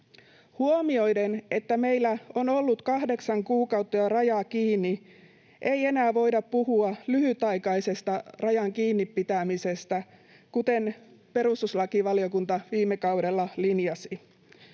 Huomioiden se, että meillä on ollut jo kahdeksan kuukautta raja kiinni, ei enää voida puhua lyhytaikaisesta rajan kiinni pitämisestä, kuten perustuslakivaliokunta viime kaudella linjasi.